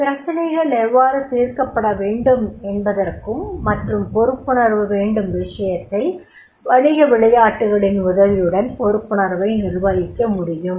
பிரச்சினைகள் எவ்வாறு தீர்க்கப்பட வேண்டும் என்பதற்கும் மற்றும் பொறுப்புணர்வு வேண்டும் விஷயத்தில் வணிக விளையாட்டுகளின் உதவியுடன் பொறுப்புணர்வை நிர்வகிக்க முடியும்